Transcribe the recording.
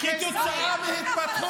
-- במציאות הקיימת?